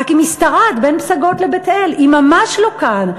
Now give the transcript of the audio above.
רק היא משתרעת בין פסגות לבית-אל, היא ממש לא כאן.